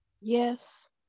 Yes